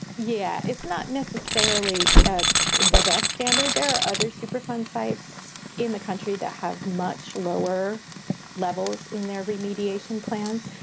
yeah. it's not necessarily ah the best standard. there are other superfund sites in the country that have much lower levels in their remediation plans.